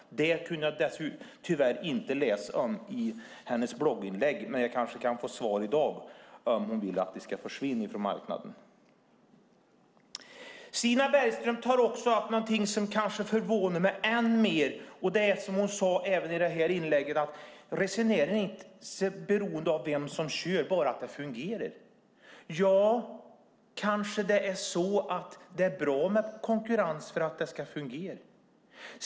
Det kunde jag tyvärr inte läsa i hennes blogginlägg, men jag kanske kan få svar i dag på frågan om hon vill att de ska försvinna från marknaden. Stina Bergström tar också upp någonting som kanske förvånar mig än mer, och det är det hon sade även i detta inlägg, nämligen att resenären inte är beroende av vem som kör utan bara att det fungerar. Ja, kanske är det så att det är bra med konkurrens för att det ska fungera.